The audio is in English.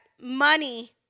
money